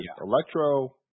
Electro